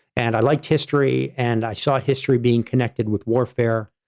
and i liked history and i saw history being connected with warfare.